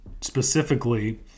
specifically